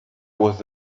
was